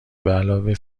بعلاوه